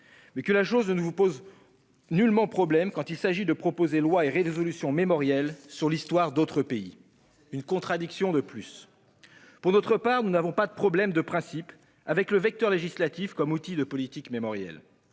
mais que la chose ne vous pose nullement problème quand il s'agit de proposer lois et résolutions mémorielles sur l'histoire d'autres pays. C'est différent ! C'est une contradiction de plus. Pour notre part, nous n'avons pas de problème de principe avec le vecteur législatif comme outil de politique mémorielle.